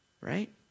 Right